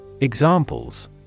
Examples